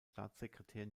staatssekretär